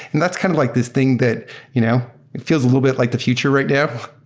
and that's kind of like this thing that you know it feels a little bit like the future right now.